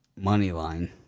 Moneyline